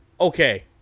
okay